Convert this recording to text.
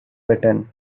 button